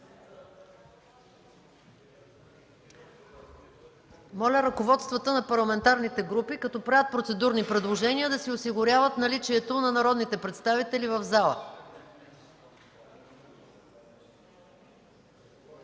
Моля ръководствата на парламентарните групи като правят процедурни предложения, да си осигуряват наличието на народните представители в залата!